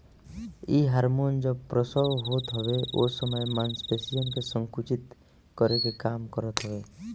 इ हार्मोन जब प्रसव होत हवे ओ समय मांसपेशियन के संकुचित करे के काम करत हवे